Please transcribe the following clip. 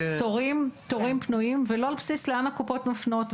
תורים פנויים ולא על בסיס לאן הקופות מפנות,